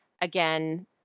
again